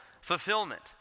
fulfillment